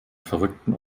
verrückten